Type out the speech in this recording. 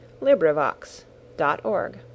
LibriVox.org